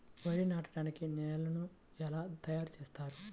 వరి నాటడానికి నేలను ఎలా తయారు చేస్తారు?